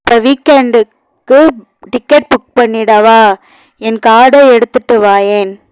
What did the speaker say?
அப்போ வீக் எண்டுக்கு டிக்கெட் புக் பண்ணிடவா என் கார்டை எடுத்துகிட்டு வாயேன்